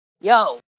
yo